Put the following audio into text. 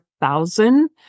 thousand